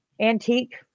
antique